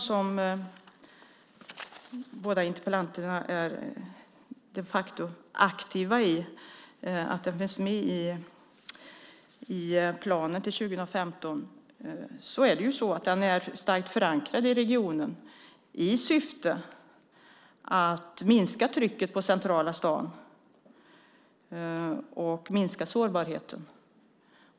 Det är en fråga där båda debattörerna i interpellationsdebatten varit aktiva och ansvariga för att den finns med i planen till år 2015. Den är starkt förankrad i regionen. Syftet är att minska trycket på centrala staden och sårbarheten.